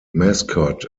mascot